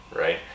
right